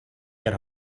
get